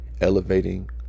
elevating